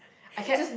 I care